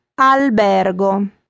albergo